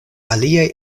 aliaj